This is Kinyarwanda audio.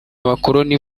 abakoloni